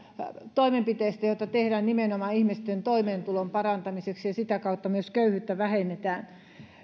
toimenpiteistä joita tehdään nimenomaan ihmisten toimeentulon parantamiseksi ja sitä kautta myös köyhyyttä vähennetään